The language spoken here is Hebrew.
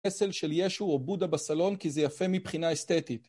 פסל של ישו או בודהה בסלון כי זה יפה מבחינה אסתטית.